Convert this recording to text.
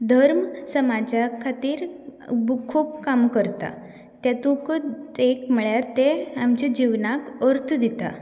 धर्म समाजा खातीर खूब काम करता तेतुकूच एक म्हणल्यार ते आमच्या जिवनाक अर्थ दितात